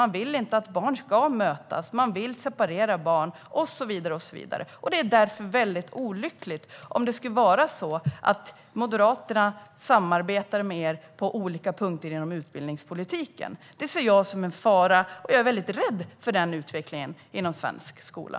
Ni vill inte att barn ska mötas, ni vill separera barn och så vidare. Det vore därför väldigt olyckligt om Moderaterna samarbetade med er på olika punkter inom utbildningspolitiken. Det ser jag som en fara, och jag är väldigt rädd för den utvecklingen inom svensk skola.